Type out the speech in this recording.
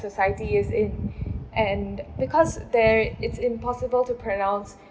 society is in and because there it's impossible to pronounce